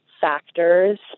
factors